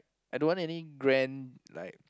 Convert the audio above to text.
I don't want any grand like